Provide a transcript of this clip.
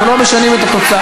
אנחנו לא משנים את התוצאה.